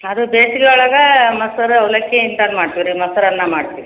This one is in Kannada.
ಅದು ಬೇಸಿಗೆ ಒಳಗೆ ಮೊಸರು ಅವಲಕ್ಕಿ ಇಂಥದ್ದು ಮಾಡ್ತಿವಿ ರೀ ಮೊಸರನ್ನ ಮಾಡ್ತೀವಿ